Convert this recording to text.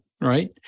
right